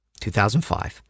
2005